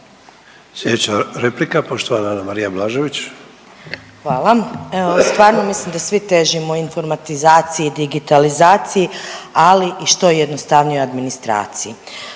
Blažević. **Blažević, Anamarija (HDZ)** Hvala. Evo stvarno mislim da svi težimo informatizaciji, digitalizaciji, ali i što jednostavnoj administraciji.